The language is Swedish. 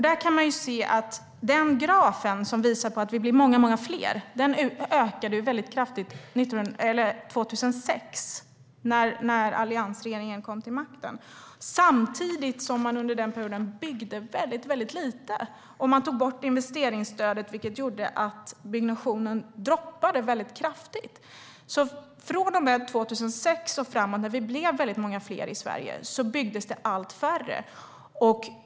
Den graf som visade att vi blir många fler ökade väldigt kraftigt 2006, när alliansregeringen kom till makten, samtidigt som det under den perioden byggdes väldigt lite. Och man tog bort investeringsstödet, vilket gjorde att byggnationen droppade kraftigt. Från och med 2006 och framåt, då vi blev väldigt många fler i Sverige, byggdes det allt mindre.